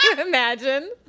imagine